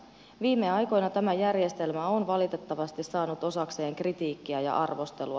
viime aikoina tämä järjestelmä on valitettavasti saanut osakseen kritiikkiä ja arvostelua